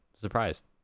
Surprised